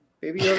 Baby